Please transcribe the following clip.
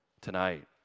Tonight